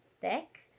thick